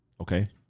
Okay